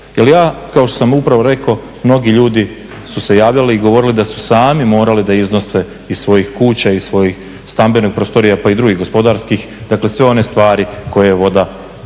ja kao što sam upravo rekao mnogi ljudi su se javljali i govorili da su sami morali da iznose iz svojih kuća, iz svojih stambenih prostorija, pa i drugih gospodarskih, dakle sve one stvari koje je voda za